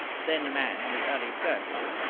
then a man in the early thirties,